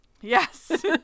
Yes